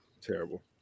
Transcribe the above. Terrible